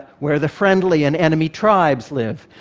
where the friendly and enemy tribes live.